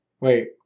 Wait